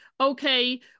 okay